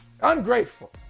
Ungrateful